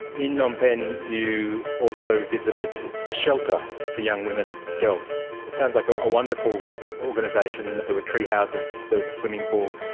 in phnom um penh you also visited a shelter for young women, girls. it sounds like ah a wonderful organisation, there were treehouses, there was a swimming pool.